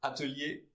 Atelier